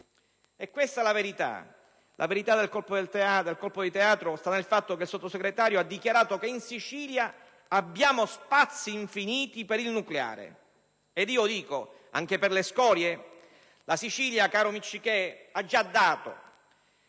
È questa la verità. La verità del colpo di teatro sta nel fatto che il Sottosegretario ha dichiarato che in Sicilia abbiamo spazi infiniti per il nucleare. Io chiedo: anche per le scorie? La Sicilia, caro Miccichè, ha già dato.